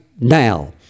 now